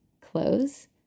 close